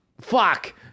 Fuck